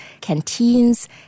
canteens